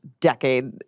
decade